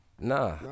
nah